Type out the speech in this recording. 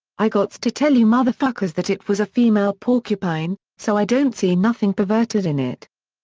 i gots to tell you motherfuckers that it was a female porcupine, so i don't see nothing perverted in it.